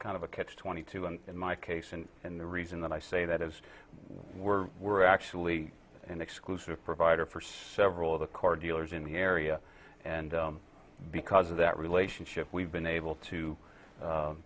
kind of a catch twenty two and in my case and and the reason that i say that is we're we're actually an exclusive provider for several of the car dealers in the area and because of that relationship we've been able to